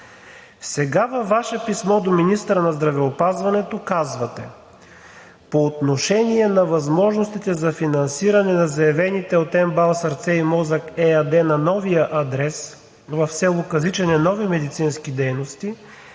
Сега във Ваше писмо до министъра на здравеопазването казвате: